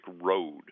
road